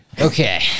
Okay